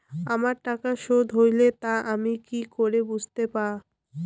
আমার টাকা শোধ হলে তা আমি কি করে বুঝতে পা?